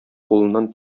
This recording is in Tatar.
кулыннан